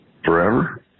Forever